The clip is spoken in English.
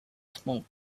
smoke